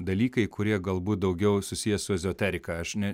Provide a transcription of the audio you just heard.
dalykai kurie galbūt daugiau susiję su ezoterika aš ne